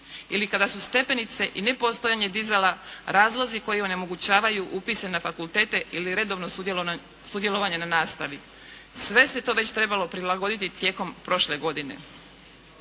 Ili kada su stepenice i nepostojanje dizala razlozi koji onemogućavaju upise na fakultete ili redovno sudjelovanje na nastavi? Sve se to već trebalo prilagoditi tijekom prošle godine.